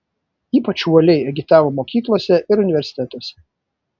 ypač uoliai agitavo mokyklose ir universitetuose